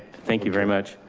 thank you very much.